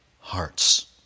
hearts